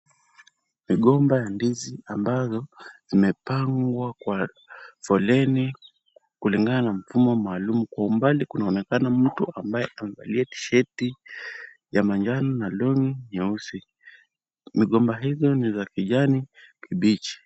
Migomba ya ndizi ambayo imepangwa kwa foleni kulingana na mfumo maalum. Kwa umbali kunaonekana mtu ambaye amevalia t shirt ya manjano na long'i nyeusi. Migomba hizo ni za kijani kibichi.